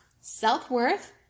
Self-worth